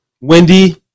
Wendy